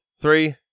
Three